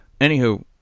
Anywho